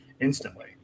instantly